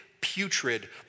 putrid